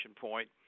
point